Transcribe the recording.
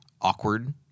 awkward